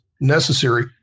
necessary